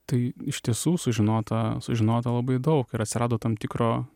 tai iš tiesų sužinota sužinota labai daug ir atsirado tam tikro